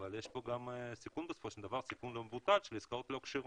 אבל בסופו של דבר יש כאן גם סיכון לא מבוטל של עסקאות לא כשרות.